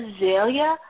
Azalea